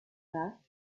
back